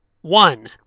One